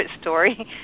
story